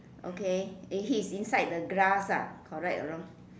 okay and he's inside the grass ah correct or wrong